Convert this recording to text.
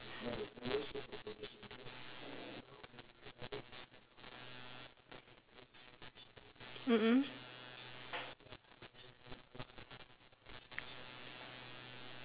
mm mm